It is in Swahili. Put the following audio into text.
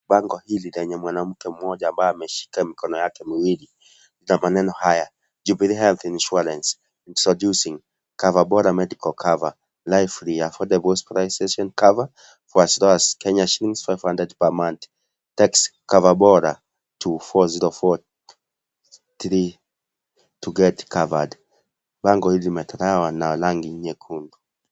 Bango hili lenye mwanamke mmoja ambaye ameshika mikono yake miwili na maneno haya (cs)Jubilee health insurance, introducing coverbora medical cover, live free, affordable hospitalization cover for as low as Kenya shillings five hundred per month, text coverbora to four zero four three to get covered(cs),bango hili limetolewa na rangi nyekundu.